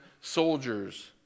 soldiers